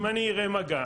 אם אני אראה מגע,